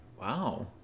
Wow